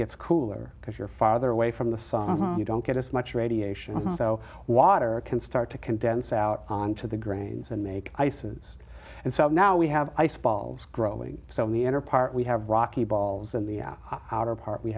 gets cooler because your father away from the sun you don't get as much radiation although water can start to condense out onto the grains and make ices and so now we have ice balls growing so in the inner part we have rocky balls in the outer part we